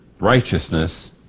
Righteousness